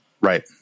Right